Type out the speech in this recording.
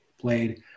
played